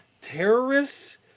terrorists